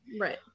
right